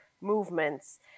movements